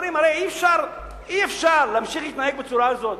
הרי אי-אפשר להמשיך להתנהג בצורה הזאת,